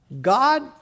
God